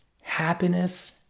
happiness